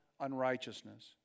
unrighteousness